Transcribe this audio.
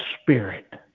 spirit